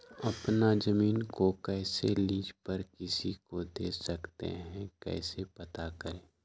अपना जमीन को कैसे लीज पर किसी को दे सकते है कैसे पता करें?